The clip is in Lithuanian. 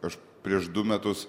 aš prieš du metus